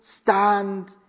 stand